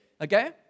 Okay